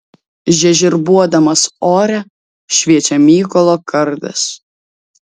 žiežirbuodamas ore šviečia mykolo kardas